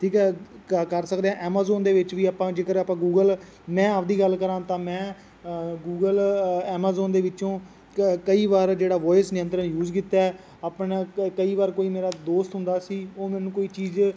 ਠੀਕ ਹੈ ਕ ਕਰ ਸਕਦੇ ਹਾਂ ਐਮਜੋਨ ਦੇ ਵਿੱਚ ਵੀ ਆਪਾਂ ਜੇਕਰ ਆਪਾਂ ਗੂਗਲ ਮੈਂ ਆਪਦੀ ਗੱਲ ਕਰਾਂ ਤਾਂ ਮੈਂ ਗੂਗਲ ਐਮਾਜੋਨ ਦੇ ਵਿੱਚੋਂ ਕ ਕਈ ਵਾਰ ਜਿਹੜਾ ਵੋਇਸ ਨਿਯੰਤਰਣ ਯੂਜ ਕੀਤਾ ਆਪਣਾ ਕ ਕਈ ਵਾਰ ਕੋਈ ਮੇਰਾ ਦੋਸਤ ਹੁੰਦਾ ਸੀ ਉਹ ਮੈਨੂੰ ਕੋਈ ਚੀਜ਼